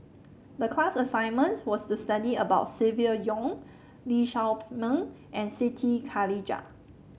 the class assignment was to study about Silvia Yong Lee Shao Meng and Siti Khalijah